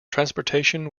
transportation